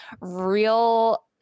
real